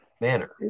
manner